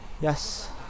Yes